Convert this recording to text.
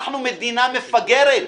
אנחנו מדינה מפגרת,